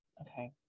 okay